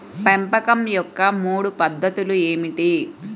పెంపకం యొక్క మూడు పద్ధతులు ఏమిటీ?